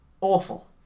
awful